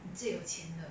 你最有钱的:ni zuio you qian de